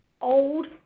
old